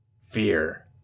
Fear